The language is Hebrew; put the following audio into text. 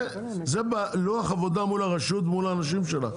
זה בלוח העבודה מול הרשות מול האנשים שלה.